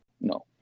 No